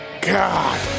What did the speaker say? God